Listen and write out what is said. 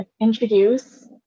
introduce